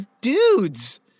dudes